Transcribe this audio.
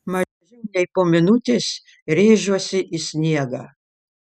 mažiau nei po minutės rėžiuosi į sniegą